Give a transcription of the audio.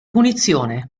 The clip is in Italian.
punizione